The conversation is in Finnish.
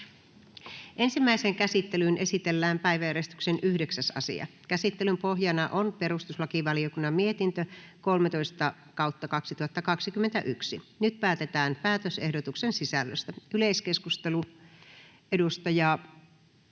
Ensimmäiseen käsittelyyn esitellään päiväjärjestyksen 9. asia. Käsittelyn pohjana on perustuslakivaliokunnan mietintö PeVM 13/2021 vp. Nyt päätetään päätösehdotuksen sisällöstä. — Yleiskeskustelu. Edustaja